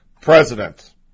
president